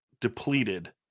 depleted